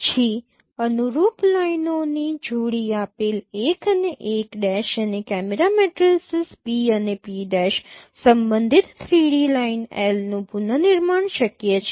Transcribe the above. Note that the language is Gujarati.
પછી અનુરૂપ લાઇનોની જોડી આપેલ l અને l' અને કેમેરા મેટ્રિસીસ P અને P' સંબંધિત 3D લાઇન L નું પુનર્નિર્માણ શક્ય છે